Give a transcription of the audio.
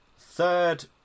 Third